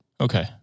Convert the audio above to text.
Okay